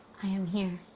i am here.